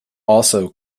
also